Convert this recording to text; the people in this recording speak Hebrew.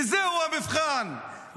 וזהו המבחן,